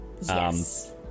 Yes